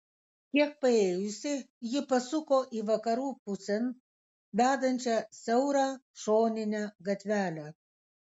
kiek paėjus ji pasuko į vakarų pusėn vedančią siaurą šoninę gatvelę